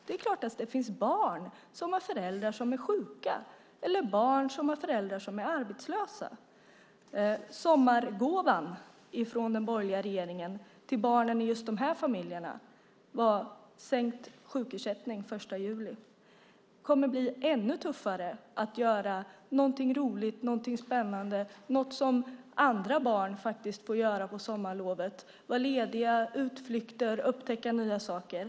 Det är klart att det finns föräldrar som är sjuka och barn som har föräldrar som är arbetslösa. Sommargåvan från den borgerliga regeringen till barnen i just dessa familjer är sänkt sjukersättning från den 1 juli. För dem kommer det att bli ännu tuffare att göra något roligt, spännande, sådant som andra barn får göra på sommarlovet - vara lediga, göra utflykter, upptäcka nya saker.